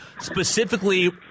specifically